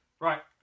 Right